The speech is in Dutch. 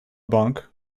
bank